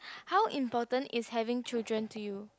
how important is having children to you